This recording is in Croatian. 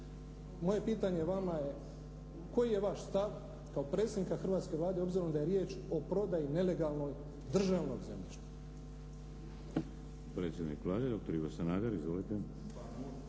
Moje pitanje vama je koji je vaš stav, kao predsjednika hrvatske Vlade obzirom da je riječ o prodaji nelegalnoj, državnog zemljišta?